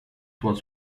was